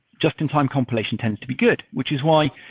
just-in-time compilations tends to be good. which is why,